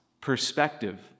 perspective